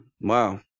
wow